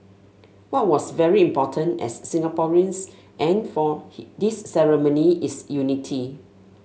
what was very important as Singaporeans and for this ceremony is unity